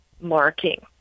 marking